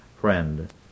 Friend